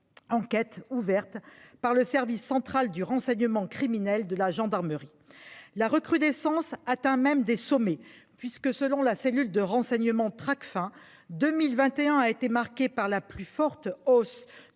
Enquête ouverte par le Service central du renseignement criminel de la gendarmerie. La recrudescence atteint même des sommets puisque selon la cellule de renseignement Tracfin 2021 a été marqué par la plus forte hausse